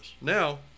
Now